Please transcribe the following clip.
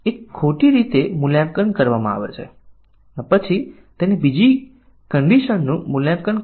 નિવેદન કવરેજ ખૂબ જ સરળ ખ્યાલ છે પરંતુ તે ખૂબ ઓછી ભૂલ શોધી શકે છે કારણ કે તે એક સૌથી નબળુ પરીક્ષણ વ્હાઇટ બોક્સનું સૌથી નબળું પરીક્ષણ છે